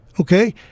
okay